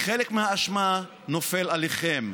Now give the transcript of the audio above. חלק מהאשמה נופל עליכם.